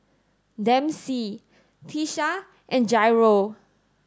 Dempsey Tisha and Jairo